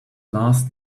last